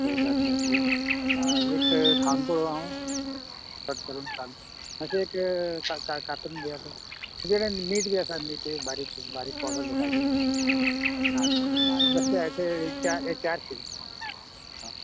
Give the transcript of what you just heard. स सात मेळटली आं एक खावन पळोव हांव कट करून खावन अशें एक का का कातरून दियात तुमचे कडेन मीठ बीन आसा मीठ बारीक बारीक बोटल मिठाची ना न्ही आनी बेश्टे अशें एक ते चार चार शिर